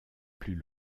plus